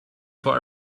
for